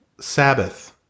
Sabbath